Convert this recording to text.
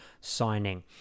signing